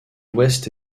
ouest